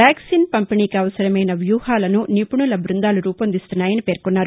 vaccine పంపిణీకి అవసరమైన వ్యూహాలను నిపుణుల బృందాలు రూపొందిస్తున్నాయని పేర్కొన్నారు